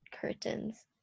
curtains